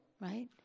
right